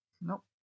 Nope